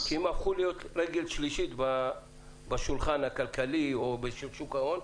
כי הם הפכו להיות רגל שלישית בשולחן הכלכלי של שוק ההון.